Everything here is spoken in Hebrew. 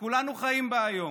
שכולנו חיים בה היום.